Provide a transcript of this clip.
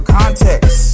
context